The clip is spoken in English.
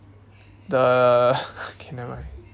the okay nevermind